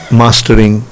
mastering